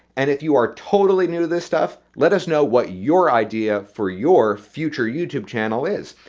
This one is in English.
and if you are totally new to this stuff let us know what your idea for your future youtube channel is.